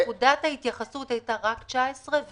נקודת ההתייחסות הייתה רק 19',